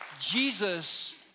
Jesus